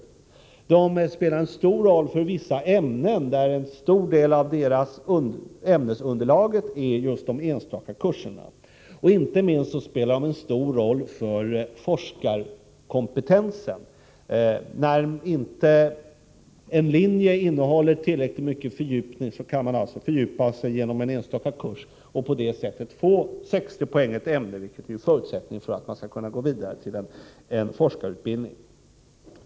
Vidare spelar de en betydande roll för vissa ämnen, där en stor del av ämnesunderlaget utgörs just av de enstaka kurserna. Och inte minst spelar de en stor roll för forskarkompetensen. När en linje inte innehåller tillräckligt mycket fördjupning, kan man alltså erhålla sådan genom en enstaka kurs och på det sättet få 60 poäng i ett visst ämne, vilket är förutsättningen för att man skall kunna gå vidare till en forskarutbildning.